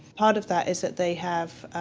part of that is that they have,